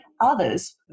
Others